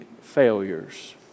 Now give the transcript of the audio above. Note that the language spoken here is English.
failures